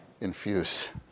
infuse